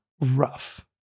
rough